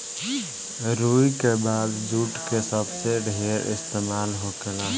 रुई के बाद जुट के सबसे ढेर इस्तेमाल होखेला